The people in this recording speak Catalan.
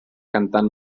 cantant